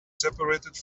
separated